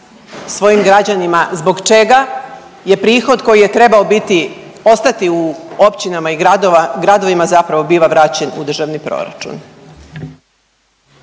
svojim građanima zbog čega je prihod koji je trebao biti, ostati u općinama i grada, gradovima, zapravo biva vraćen u državni proračun.